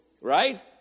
Right